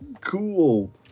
cool